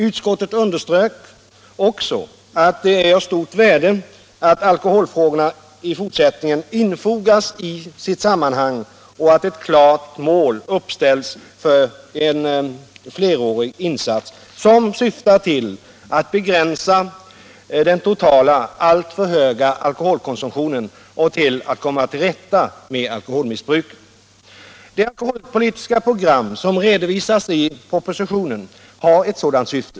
Utskottet underströk också att det är av stort värde att alkoholfrågorna i fortsättningen infogas i sitt sammanhang och att ett klart mål uppställs för en flerårig insats som syftar till att begränsa den totala, alltför höga alkoholkonsumtionen och att komma till rätta med alkoholmissbruket. Det alkoholpolitiska program som redovisas i propositionen har ett sådant syfte.